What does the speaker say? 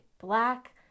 black